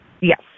Yes